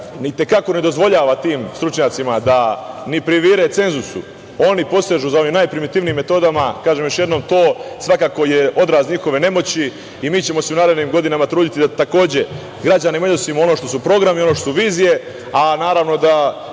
i te kako ne dozvoljava tim stručnjacima da ni privire cenzusu, oni posežu za ovim najprimitivnijim metodama. Kažem još jednom, to je svakako odraz njihove nemoći i mi ćemo se u narednim godinama truditi da, takođe, građanima iznosimo ono što su programi, ono što su vizije, a naravno da